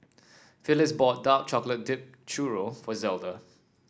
Phillis bought Dark Chocolate Dipped Churro for Zelda